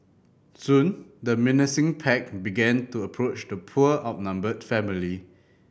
soon the menacing pack began to approach the poor outnumbered family